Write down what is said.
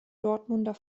dortmunder